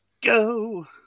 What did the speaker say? go